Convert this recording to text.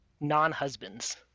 non-husbands